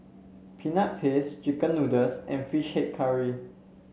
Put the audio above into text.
Peanut Paste chicken noodles and fish head curry